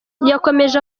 yakomeje